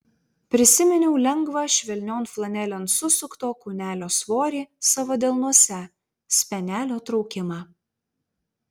prisiminiau lengvą švelnion flanelėn susukto kūnelio svorį savo delnuose spenelio traukimą